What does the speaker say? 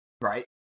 right